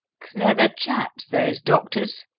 clever chaps, those doctors,